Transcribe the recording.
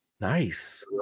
Nice